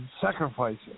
sacrificing